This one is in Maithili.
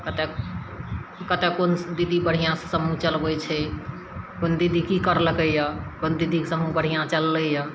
कतए कतए कोन दीदी बढ़िआँसे समूह चलबै छै कोन दीदी कि करलकै यऽ कोन दीदीके समूह बढ़िआँ चललै यऽ